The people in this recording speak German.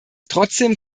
trotzdem